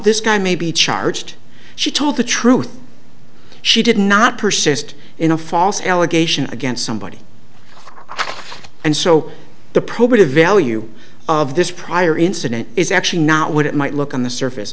this guy may be charged she told the truth she did not persist in a false allegation against somebody and so the probative value of this prior incident is actually not what it might look on the surface